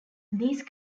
these